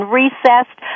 recessed